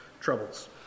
troubles